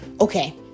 okay